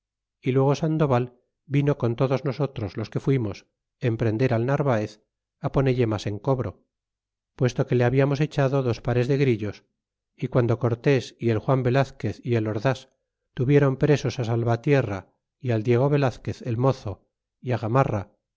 y luego sandoval vino con todos nosotros los que fuimos en prender al narvaez poneile mas en cobro puesto que le hablamos echado dos pares de grillos y guando cortés y el juan velazquez y el ordas tuvieron presos salvatierra y al diego velazquez el mozo y fi gamarra